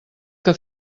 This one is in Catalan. que